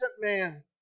man